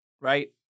right